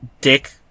Dick